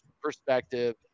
perspective